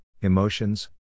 emotions